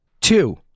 two